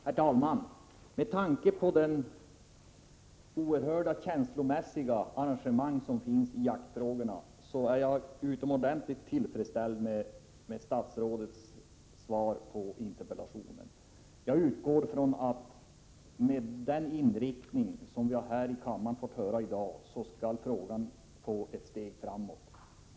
Herr talman! Med tanke på folks oerhörda känslomässiga engagemang i jaktfrågorna är jag utomordentligt tillfredsställd med statsrådets svar på interpellationen. Efter att i dag ha fått höra statsrådets inställning, utgår jag ifrån att frågan kommer att föras framåt.